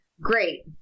Great